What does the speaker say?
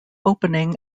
opening